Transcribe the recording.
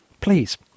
Please